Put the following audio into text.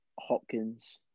Hopkins